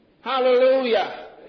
Hallelujah